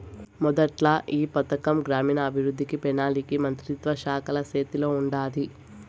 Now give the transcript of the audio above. మొదట్ల ఈ పథకం గ్రామీణాభవృద్ధి, పెనాలికా మంత్రిత్వ శాఖల సేతిల ఉండాది